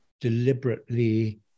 deliberately